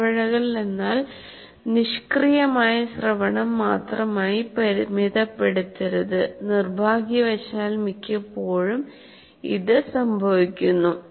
ഇടപഴകൽ എന്നാൽ നിഷ്ക്രിയമായ ശ്രവണം മാത്രമായി പരിമിതപ്പെടുത്തരുത് നിർഭാഗ്യവശാൽ മിക്കപ്പോഴും ഇത് സംഭവിക്കുന്നു